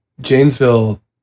Janesville